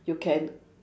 you can